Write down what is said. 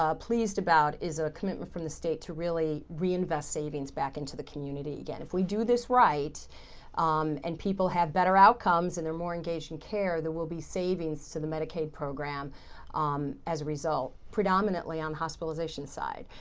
ah pleased about is a commitment from the state to really reinvest savings back into the community. again, if we do this right um and people have better outcomes and they're more engaged in care, there will be savings to the medicare program um as a result, predominantly on the hospitalization side.